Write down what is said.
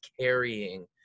carrying